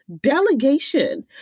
Delegation